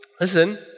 listen